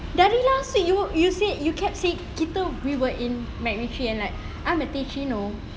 dari last week you you said you kept saying kita we were in MacRitchie and like I'm a teh cino